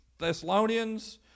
Thessalonians